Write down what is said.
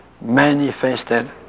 manifested